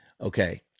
okay